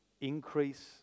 increase